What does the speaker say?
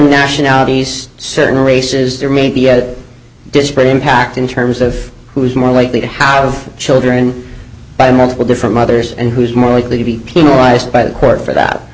nationalities certain races there may be a disparate impact in terms of who is more likely to have children by more different mothers and who is more likely to be penalized by the court for that